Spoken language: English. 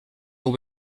will